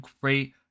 great